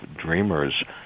dreamers